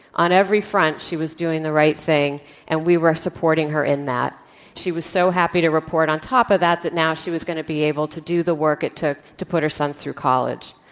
on every front she was doing the right thing and we were supporting her in that and she was so happy to report on top of that that now she was going to be able to do the work it took to put her sons through college.